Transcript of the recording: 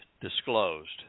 disclosed